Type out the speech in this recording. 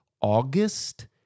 August